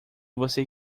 você